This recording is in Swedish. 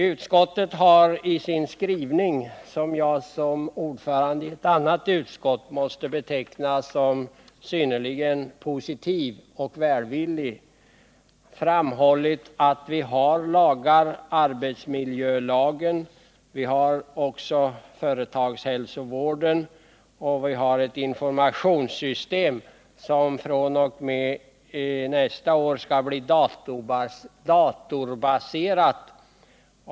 Utskottet har i sin skrivning — som jag som ordförande i ett annat utskott måste beteckna som synnerligen positiv och välvillig — framhållit att vi har arbetsmiljölagen, vi har företagshälsovården och vi har ett informations system som fr.o.m. nästa år skall bli datorbaserat.